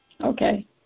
Okay